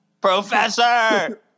Professor